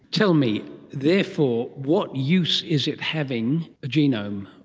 tell me therefore what use is it having a genome?